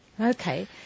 Okay